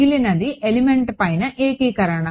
మిగిలినది ఎలిమెంట్ పైన ఏకీకరణ